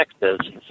Texas